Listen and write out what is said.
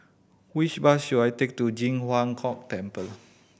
which bus should I take to Ji Huang Kok Temple